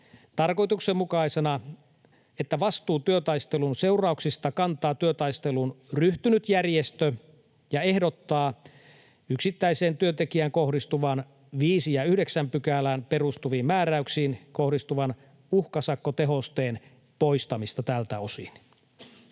tarkoituksenmukaisena, että vastuun työtaistelun seurauksista kantaa työtaisteluun ryhtynyt järjestö, ja ehdottaa yksittäiseen työntekijään kohdistuvan, 5 ja 9 §:ään perustuviin määräyksiin kohdistuvan uhkasakkotehosteen poistamista tältä osin.